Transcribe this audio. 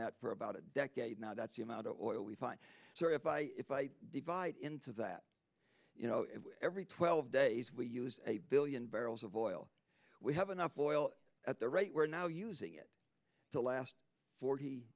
that for about a decade now that's the amount of oil we find if i divide it into that you know every twelve days we use a billion barrels of oil we have enough oil at the rate we're now using it to last forty